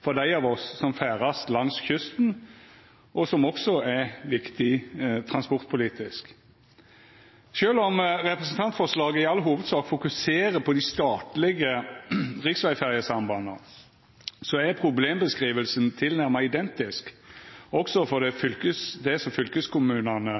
for dei av oss som ferdast langs kysten, og som også er viktig transportpolitisk. Sjølv om representantforslaget i all hovudsak fokuserer på dei statlege riksvegferjesambanda, er problembeskrivinga tilnærma identisk også for det som fylkeskommunane